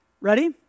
Ready